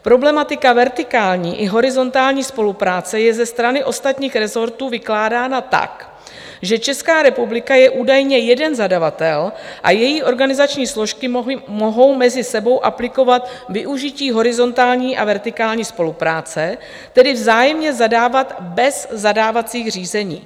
Problematika vertikální i horizontální spolupráce je ze strany ostatních rezortů vykládána tak, že Česká republika je údajně jeden zadavatel a její organizační složky mohou mezi sebou aplikovat využití horizontální a vertikální spolupráce, tedy vzájemně zadávat bez zadávacích řízení.